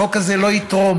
החוק הזה לא יתרום